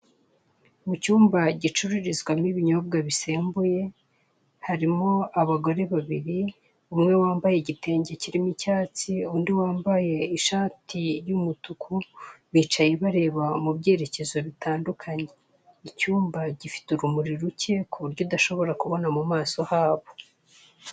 Mu cyumba gucururizwamo ibinyobwa bisembuye, harimo abagore babiri; umwe wambaye igitenge kirimo icyatsi, undi wambaye ishati y'umutuku, bicaye bareba mu byarekezo bitandukanye. Icyumba gifite urumuri ruke, ku buryo udashobora kubona mu maso habo.